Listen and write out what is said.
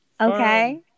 Okay